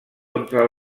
contra